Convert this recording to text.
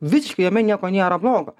visiškai jame nieko nėra blogo